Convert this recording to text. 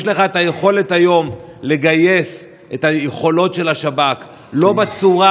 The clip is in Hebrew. יש לך את היכולת היום לגייס את היכולות של השב"כ לא בצורה